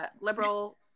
liberal